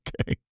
Okay